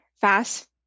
fast